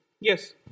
Yes